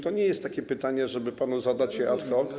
To nie jest takie pytanie, żeby panu zadać je ad hoc.